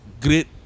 Great